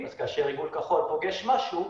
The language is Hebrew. כאשר עיגול כחול פוגש משהו,